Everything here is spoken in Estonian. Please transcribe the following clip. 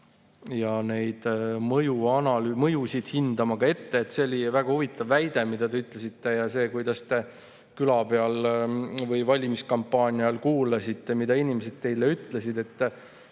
ka neid mõjusid ette hindama. See oli väga huvitav väide, mida te ütlesite, ja see, kuidas te küla peal või valimiskampaania ajal kuulasite, mida inimesed teile ütlesid.